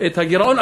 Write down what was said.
את הגירעון,